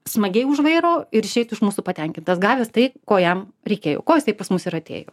smagiai už vairo ir išeitų iš mūsų patenkintas gavęs tai ko jam reikėjo ko jisai pas mus ir atėjo